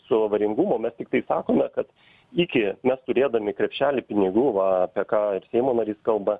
su avaringumo mes tiktai sakome kad iki mes turėdami krepšelį pinigų va apie ką seimo narys kalba